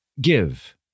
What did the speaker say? Give